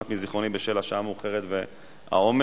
ציבוריים (תיקון מס' 2) (מניעת עישון במקומות ציבוריים והחשיפה לעישון),